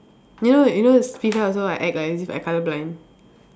you know you know the also like act as if I colour blind